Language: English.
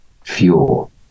fuel